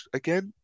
again